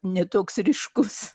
ne toks ryškus